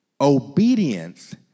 Obedience